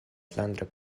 flandra